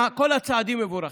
כל הצעדים מבורכים,